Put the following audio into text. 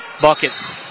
buckets